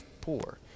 poor